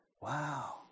Wow